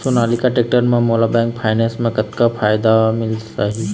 Sonalika tractor म मोला bank finance म कतक फायदा मिल जाही?